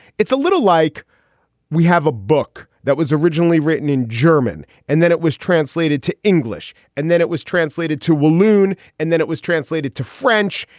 it's a little like we have a book that was originally written in german and then it was translated to english and then it was translated to walloon and then it was translated to french.